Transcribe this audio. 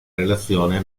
relazione